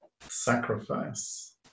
sacrifice